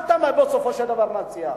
מה אתה, בסופו של דבר, מציע?